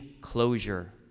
closure